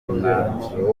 umwanzuro